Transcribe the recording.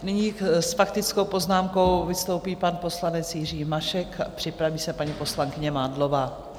Nyní s faktickou poznámkou vystoupí pan poslanec Jiří Mašek, připraví se paní poslankyně Mádlová.